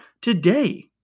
today